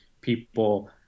people